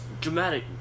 dramatic